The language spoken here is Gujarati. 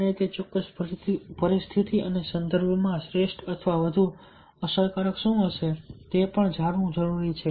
અને તે ચોક્કસ પરિસ્થિતિ અને સંદર્ભમાં શ્રેષ્ઠ અથવા વધુ અસરકારક શું હશે તે પણ જાણવું જરૂરી છે